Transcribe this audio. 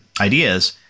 ideas